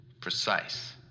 Precise